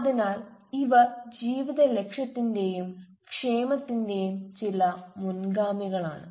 അതിനാൽ ഇവ ജീവിത ലക്ഷ്യത്തിന്റെയും ക്ഷേമത്തിന്റെയും ചില മുൻഗാമികളാണ്